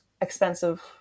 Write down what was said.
expensive